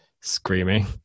screaming